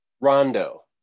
Rondo